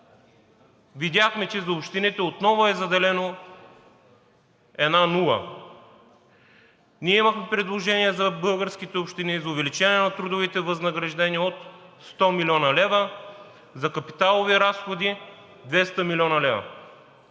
видяхме, че за общините отново е заделена една нула. Ние имахме предложение за българските общини за увеличаване на трудовите възнаграждения на 100 млн. лв., за капиталовите разходи на 200 млн. лв.,